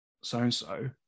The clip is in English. so-and-so